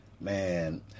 Man